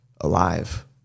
alive